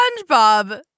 Spongebob